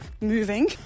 moving